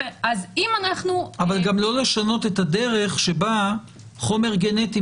אבל גם לא לשנות את הדרך שבה חומר גנטי